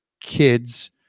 kids